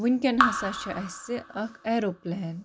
وٕنۍکٮ۪ن ہَسا چھُ اَسہِ اَکھ اٮ۪روپٕلین